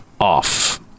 off